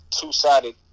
two-sided